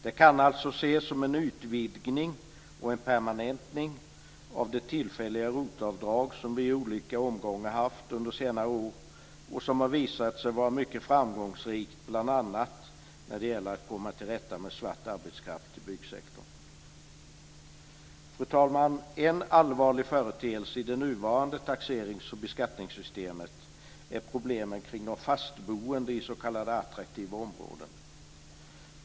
Det kan alltså ses som en utvidgning och en permanentning av det tillfälliga ROT-avdrag som vi i olika omgångar haft under senare år och som visat sig vara mycket framgångsrikt, bl.a. när det gällt att komma till rätta med svart arbetskraft i byggsektorn. Fru talman! En allvarlig företeelse i det nuvarande taxerings och beskattningssystemet är problemen kring de fastboende i s.k. attraktiva områden.